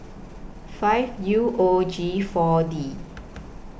five U O G four D